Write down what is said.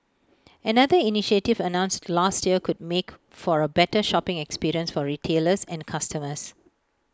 another initiative announced last year could make for A better shopping experience for retailers and customers